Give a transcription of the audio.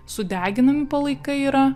sudeginami palaikai yra